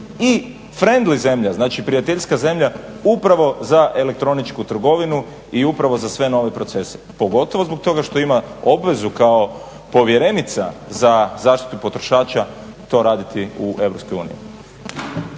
i friendly zemlja znači prijateljska zemlja upravo za elektroničku trgovinu i upravo za sve nove procese, pogotvo zbog toga što ima obvezu kao povjerenica za zaštitu potrošača to raditi u EU.